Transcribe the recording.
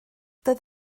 doedd